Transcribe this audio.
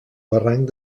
barranc